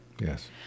yes